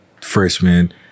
freshman